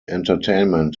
entertainment